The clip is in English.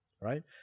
right